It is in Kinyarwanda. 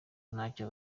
ntacyo